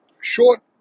short